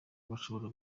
bashobora